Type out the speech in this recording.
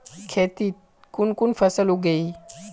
खेतीत कुन कुन फसल उगेई?